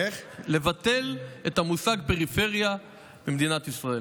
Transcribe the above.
לבטל את המושג פריפריה במדינת ישראל.